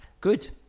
good